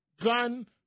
gun